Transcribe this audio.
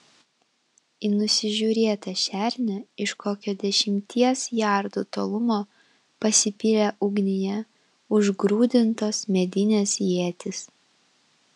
į nusižiūrėtą šernę iš kokio dešimties jardų tolumo pasipylė ugnyje užgrūdintos medinės ietys